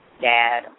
dad